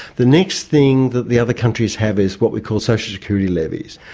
the next thing that the other countries have is what we call social security levies.